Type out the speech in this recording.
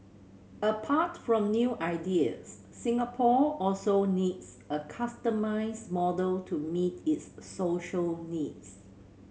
apart from new ideas Singapore also needs a customised model to meet its social needs